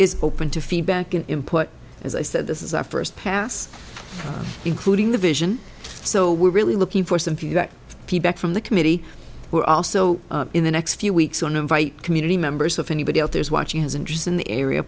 is open to feedback and input as i said this is our first pass including the vision so we're really looking for some p back from the committee we're also in the next few weeks on invite community members of anybody out there is watching his interest in the area